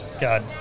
God